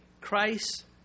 Christ